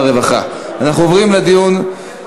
הרווחה והבריאות נתקבלה.